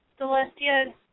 Celestia